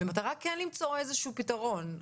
במטרה כן למצוא איזה שהוא פתרון.